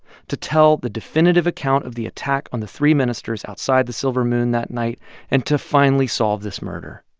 to tell the definitive account of the attack on the three ministers outside the silver moon that night and to finally solve this murder.